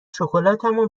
شکلاتمو